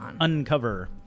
uncover